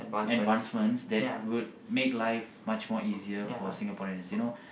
advancements that would make life much more easier for Singaporeans you know